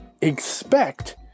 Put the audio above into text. expect